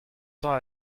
temps